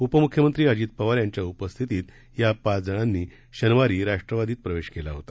उपमुख्यमंत्री अजित पवार यांच्या उपस्थितीत या पाच जणांनी शनिवारी राष्ट्रवादीत प्रवेश केला होता